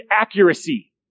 accuracy